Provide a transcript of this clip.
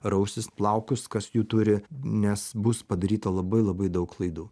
rausis plaukus kas jų turi nes bus padaryta labai labai daug klaidų